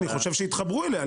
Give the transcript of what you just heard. אני באמת חושב שהתחברו אליה,